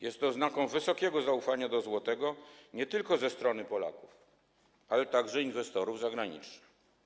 Jest to oznaką wysokiego zaufania do złotego nie tylko ze strony Polaków, ale także ze strony inwestorów zagranicznych.